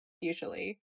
usually